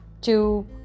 two